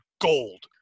gold